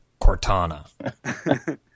Cortana